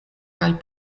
kaj